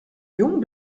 jung